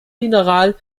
mineral